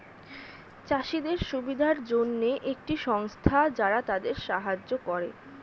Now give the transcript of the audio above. চাষীদের সুবিধার জন্যে একটি সংস্থা যারা তাদের সাহায্য করে